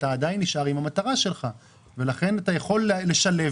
אתה עדיין נשאר עם המטרה שלך ולכן אתה יכול לשלב,